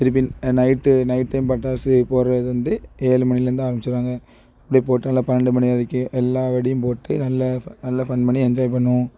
திருப்பி night night time பட்டாசு போடுறது வந்து ஏழு மணியில இருந்து ஆரம்பிச்சிடுவாங்க அப்டேயே போட்டு நல்லா பன்னெண்டு மணி வரைக்கும் எல்லா வெடியும் போட்டு நல்லா ஃப நல்ல ஃபன் பண்ணி என்ஜாய் பண்ணுவோம்